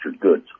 goods